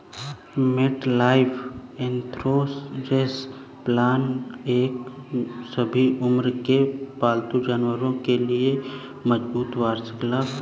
MetLife insurance plan एक सभी उम्र के पालतू जानवरों के लिए मजबूत वार्षिक लाभ है